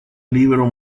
libro